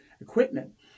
equipment